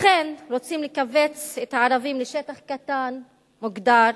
לכן רוצים לכווץ את הערבים בשטח קטן, מוגדר,